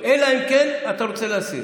אלא אם כן אתה רוצה להסיר.